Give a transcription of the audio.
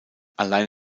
allein